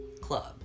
club